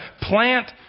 plant